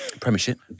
Premiership